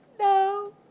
no